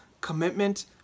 commitment